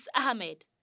Ahmed